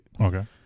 Okay